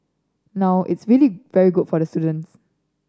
now it's really very good for the students